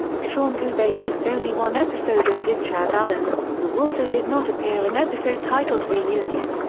shawn toovey missed only one episode as did chad allen, who also did not appear in episode titled reunion,